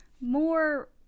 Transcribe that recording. more